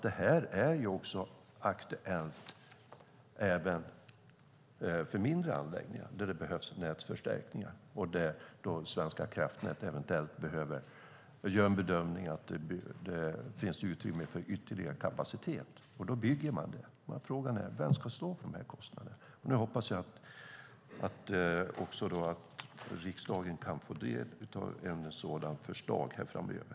Det här gäller ju även för mindre anläggningar där det behövs nätförstärkningar och där Svenska kraftnät eventuellt gör en bedömning att det finns utrymme för ytterligare kapacitet, och då bygger man det. Frågan är alltså vem som ska stå för den här kostnaden, och nu hoppas jag att riksdagen kan få del av ett sådant förslag framöver.